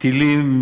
טילים,